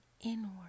inward